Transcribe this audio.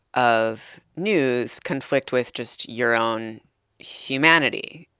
of news conflict with just your own humanity?